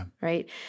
right